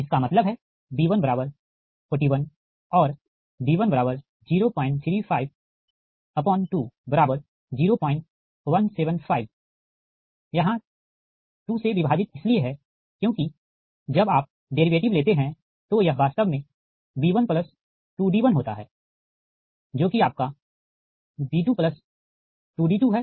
इसका मतलब है b141और d103520175 यहाँ 2 से विभाजित इसलिए है क्योंकि जब आप डेरीवेटिव लेते हैं तो यह वास्तव में b12d1 होता है जो कि आपका b22d2 है